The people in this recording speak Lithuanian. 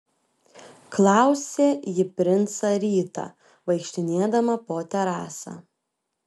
klausė ji princą rytą vaikštinėdama po terasą